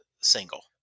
single